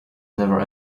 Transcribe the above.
never